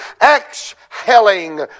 exhaling